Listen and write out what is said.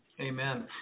Amen